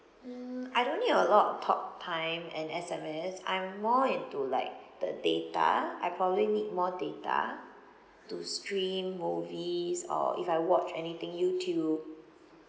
mm I don't need a lot of talktime and S_M_S I'm more into like the data I probably need more data to stream movies or if I watch anything youtube